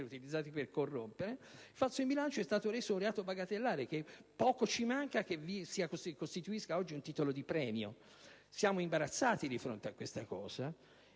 utilizzati per corrompere. Ebbene, esso è stato reso un reato bagatellare e poco ci manca che costituisca oggi un titolo di premio. Siamo imbarazzati di fronte a questo,